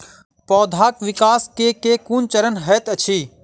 पौधाक विकास केँ केँ कुन चरण हएत अछि?